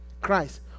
Christ